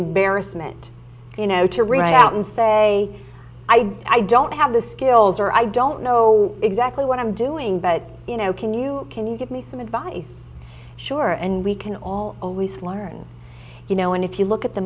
embarrassment you know to write out and say i i don't have the skills or i don't know exactly what i'm doing but you know can you can you give me some advice sure and we can all a least learn you know and if you look at the